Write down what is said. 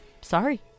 sorry